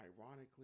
ironically